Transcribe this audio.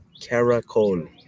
caracol